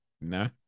No